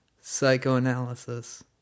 psychoanalysis